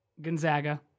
Gonzaga